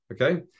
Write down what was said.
Okay